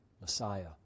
Messiah